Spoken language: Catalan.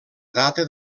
data